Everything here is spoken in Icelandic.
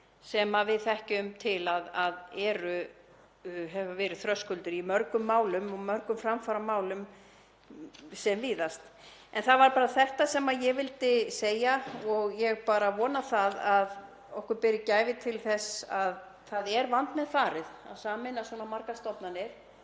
sem við þekkjum til að hafa verið þröskuldar í mörgum málum og mörgum framfaramálum sem víðast. Það var bara þetta sem ég vildi segja og ég bara vona að við berum gæfu til þess — það er vandmeðfarið að sameina svona margar stofnanir.